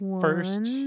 First